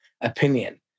opinion